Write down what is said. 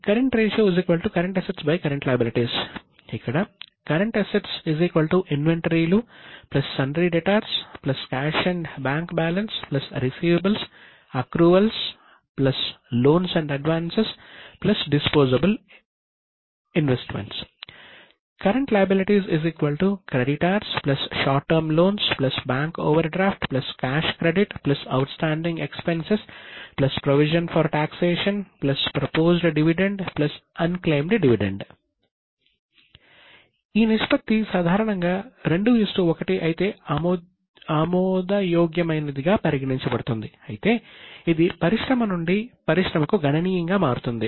ఇక్కడ current assets current ratio current liabilities ఇక్కడ current assets current liabilities ఈ నిష్పత్తి సాధారణంగా 2 1 అయితే ఆమోదయోగ్యమైనదిగా పరిగణించబడుతుంది అయితే ఇది పరిశ్రమ నుండి పరిశ్రమకు గణనీయంగా మారుతుంది